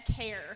care